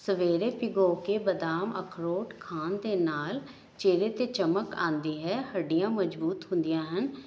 ਸਵੇਰੇ ਭਿਓਂ ਕੇ ਬਦਾਮ ਅਖਰੋਟ ਖਾਣ ਦੇ ਨਾਲ ਚਿਹਰੇ 'ਤੇ ਚਮਕ ਆਉਂਦੀ ਹੈ ਹੱਡੀਆਂ ਮਜਬੂਤ ਹੁੰਦੀਆਂ ਹਨ